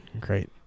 great